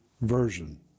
version